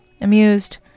amused